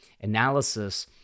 analysis